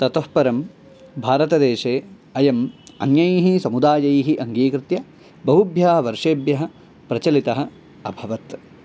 ततः परं भारतदेशे अयम् अन्यैः समुदायैः अङ्गीकृत्य बहुभ्यः वर्षेभ्यः प्रचलितः अभवत्